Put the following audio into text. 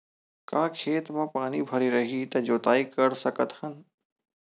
का खेत म पानी भरे रही त जोताई कर सकत हन?